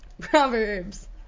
Proverbs